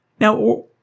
Now